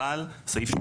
חל סעיף (7)?